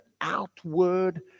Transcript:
outward